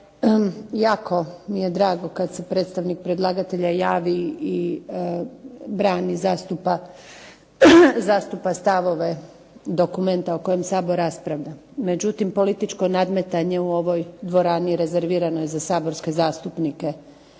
jako mi je drago kada se predstavnik predlagatelja javi i zastupa stavove dokumenta o kojem Sabor raspravlja, međutim, političko nadmetanje u ovoj dvorani rezervirano je za saborske zastupnike